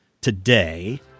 today